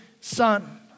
son